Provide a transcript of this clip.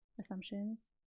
assumptions